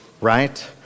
right